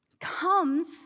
comes